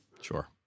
Sure